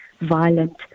violent